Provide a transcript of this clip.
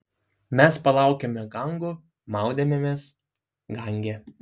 mes plaukėme gangu maudėmės gange